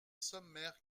sommaire